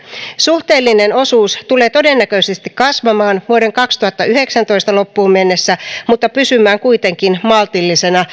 suhteellinen osuus tulee todennäköisesti kasvamaan vuoden kaksituhattayhdeksäntoista loppuun mennessä mutta pysymään kuitenkin maltillisena